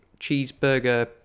cheeseburger